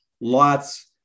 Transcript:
lots